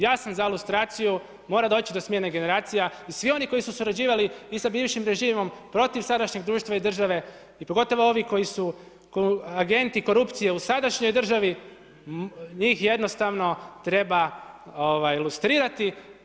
Ja sam za lustraciju mora doći do smjene generacija i svih oni koji su surađivali i sa bivšim režimom protiv sadašnjeg društva i države i pogotovo ovi koji su agenti, korupcije u sadašnjoj državi, njih jednostavno treba lustrirali.